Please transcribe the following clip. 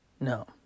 No